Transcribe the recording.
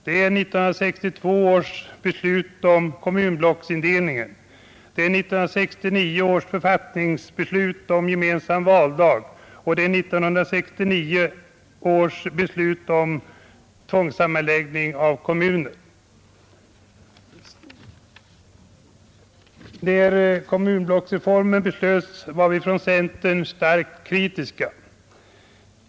Det är 1962 års beslut om kommunblocksindelningen, det är 1968 års beslut om gemensam valdag och det är 1969 års beslut om tvångssammanläggning av kommuner. När kommunblocksreformen beslöts var vi från centern starkt kkritiska.